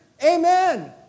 Amen